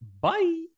Bye